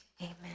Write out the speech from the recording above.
Amen